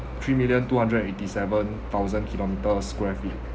three million two hundred and eighty seven thousand kilometer square feet